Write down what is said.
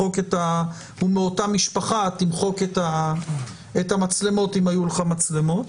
הוא מאותה משפחה: תמחק את המצלמות אם היו לך מצלמות.